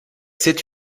cette